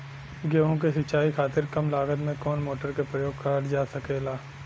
गेहूँ के सिचाई खातीर कम लागत मे कवन मोटर के प्रयोग करल जा सकेला?